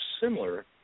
similar